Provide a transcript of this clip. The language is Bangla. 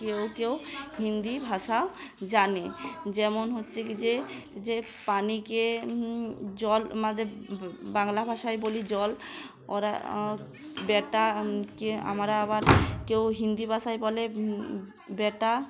কেউ কেউ হিন্দি ভাষা জানে যেমন হচ্ছে কি যে যে পানীকে জল আমাদের বাংলা ভাষায় বলি জল ওরা বেটাকে আমরা আবার কেউ হিন্দি ভাষায় বলে বেটা